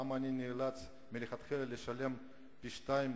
למה אני נאלץ מלכתחילה לשלם פי-שניים